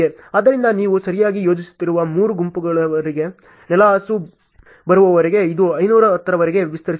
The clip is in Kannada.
ಆದ್ದರಿಂದ ನೀವು ಸರಿಗಾಗಿ ಯೋಜಿಸುತ್ತಿರುವ 3 ಗೋಪುರಗಳಿಗೆ ನೆಲಹಾಸು ಬರುವವರೆಗೆ ಇದು 510 ರವರೆಗೆ ವಿಸ್ತರಿಸುತ್ತದೆ